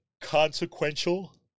consequential